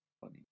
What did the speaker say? funny